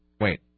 Wait